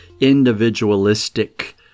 Individualistic